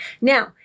Now